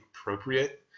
appropriate